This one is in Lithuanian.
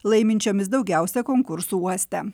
laiminčiomis daugiausia konkursų uoste